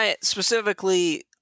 specifically